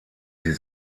sie